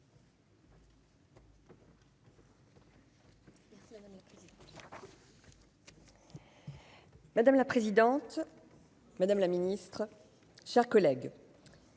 Madame la présidente, madame la ministre, chers collègues.